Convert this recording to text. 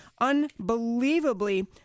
unbelievably